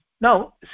Now